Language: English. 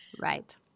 Right